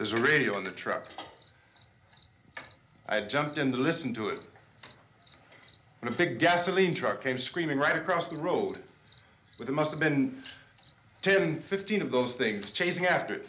this radio on the truck i jumped in to listen to it and a big gasoline truck came screaming right across the road with must have been ten fifteen of those things chasing after